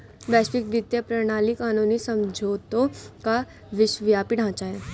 वैश्विक वित्तीय प्रणाली कानूनी समझौतों का विश्वव्यापी ढांचा है